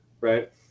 right